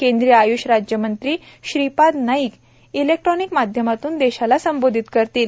केंद्रीय आय्ष राज्यमंत्री श्रीपाद नाईक इलेक्ट्रॉनिक माध्यमातून देशाला संबोधित करतील